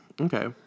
okay